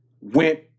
went